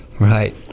right